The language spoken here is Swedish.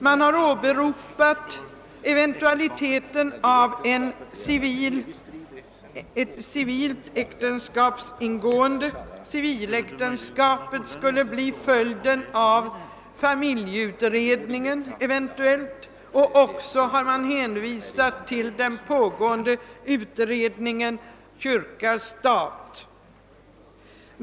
Det har sagts att obligatoriskt civiläktenskap eventuellt skulle kunna bli följden av familjelagssakkunnigas arbete, och man har också hänvisat till 1958 års utredning kyrka—stat.